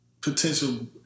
potential